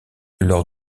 lors